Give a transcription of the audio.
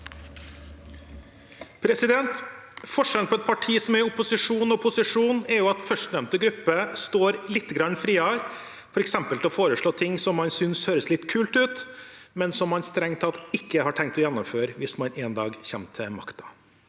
Forskjellen på et parti som er i opposisjon og posisjon, er at førstnevnte gruppe står lite grann friere, f.eks. til å foreslå noe man synes høres litt kult ut, men som man strengt tatt ikke har tenkt å gjennomføre hvis man en dag kommer til makten.